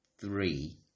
three